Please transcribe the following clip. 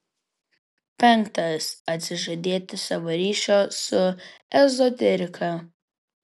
penktas atsižadėti savo ryšio su ezoterika